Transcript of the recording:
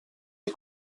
est